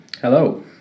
Hello